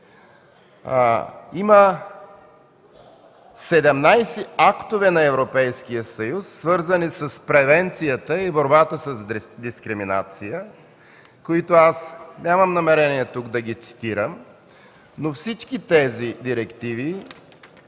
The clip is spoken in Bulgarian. Има 17 актове на Европейския съюз, свързани с превенцията и борбата с дискриминация, които аз нямам намерение да цитирам тук, но всички тези директиви